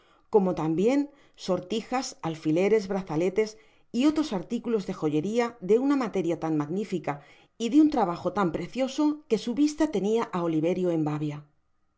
como tambien sortijas alfileres braceletes y otros articulos de joyeria de una materia tan magnifica y de un trabajo tan precioso que su vista tenia á oliverio en babia